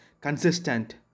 Consistent